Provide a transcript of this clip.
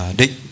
định